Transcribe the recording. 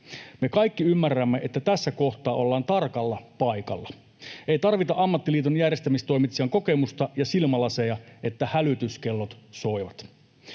Me kaikki ymmärrämme, että tässä kohtaa ollaan tarkalla paikalla. Ei tarvita ammattiliiton järjestämistoimitsijan kokemusta ja silmälaseja siihen, että hälytyskellot soivat.